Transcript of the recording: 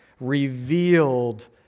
revealed